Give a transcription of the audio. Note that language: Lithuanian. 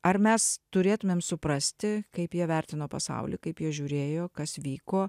ar mes turėtumėm suprasti kaip jie vertino pasaulį kaip jie žiūrėjo kas vyko